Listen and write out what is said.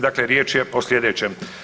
Dakle, riječ je o slijedećem.